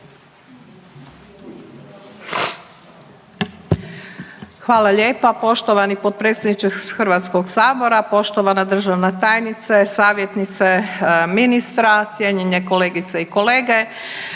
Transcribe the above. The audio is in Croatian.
Hvala lijepa poštovani potpredsjedniče HS-a, poštovana državna tajnice, savjetnice ministra, cijenjene kolegice i kolege.